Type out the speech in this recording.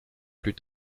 plus